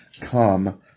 come